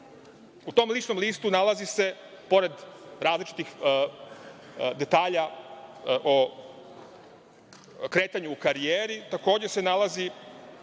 u tom ličnom listu nalazi se, pored različitih detalja o kretanju u karijeri, takođe i